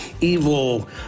evil